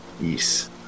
Yes